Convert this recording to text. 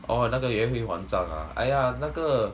orh 那个约会网站 ah !aiya! 那个